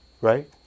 right